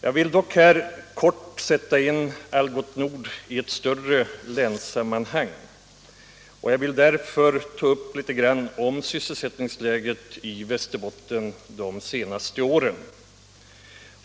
Jag vill dock här kort sätta in Algots Nord AB i ett större länssammanhang. Jag vill därför ta upp något om sysselsättningsläget i Västerbotten under de senaste åren.